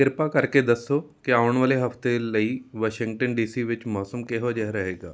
ਕਿਰਪਾ ਕਰਕੇ ਦੱਸੋ ਕਿ ਆਉਣ ਵਾਲੇ ਹਫ਼ਤੇ ਲਈ ਵਾਸ਼ਿੰਗਟਨ ਡੀ ਸੀ ਵਿੱਚ ਮੌਸਮ ਕਿਹੋ ਜਿਹਾ ਰਹੇਗਾ